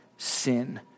Sin